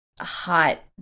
hot